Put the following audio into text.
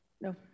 No